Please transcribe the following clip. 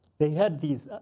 they had these.